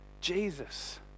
Jesus